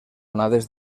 onades